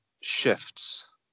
shifts